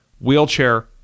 wheelchair